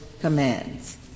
commands